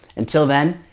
until then,